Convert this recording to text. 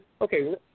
okay